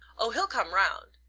oh, he'll come round.